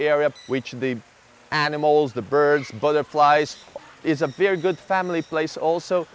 area which of the animals the birds and butterflies is a very good family place also